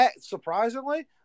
Surprisingly